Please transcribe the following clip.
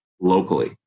locally